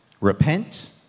Repent